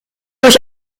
durch